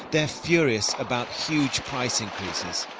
they're furious about huge price increases.